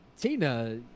Tina